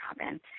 Robin